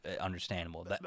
understandable